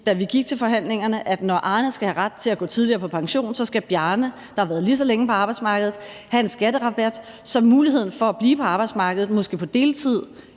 da vi gik til forhandlingerne, at når Arne skal have ret til at gå tidligere på pension, så skal Bjarne, der har været lige så længe på arbejdsmarkedet, have en skatterabat, så muligheden for at blive på arbejdsmarkedet måske på deltid